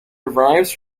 derives